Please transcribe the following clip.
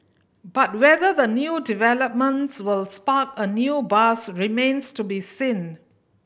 but whether the new developments will spark a new buzz remains to be seen